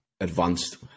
advanced